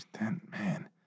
Man